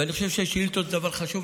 אני חושב ששאילתות זה דבר חשוב,